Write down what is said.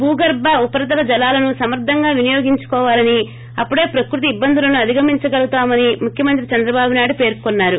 భూగర్భ ఉపరితల జలాలను సమర్గంగా వినియోగించుకోవాలని అప్పుడే ప్రక్రుతి ఇబ్బందులను అధిగమించగలగమని ముఖ్యమంత్రి చంద్రబాబు నాయుడు పేర్కొన్సారు